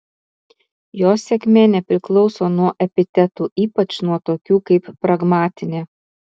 jos sėkmė nepriklauso nuo epitetų ypač nuo tokių kaip pragmatinė